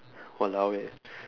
!walao! eh